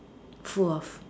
full of